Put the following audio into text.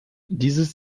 dieses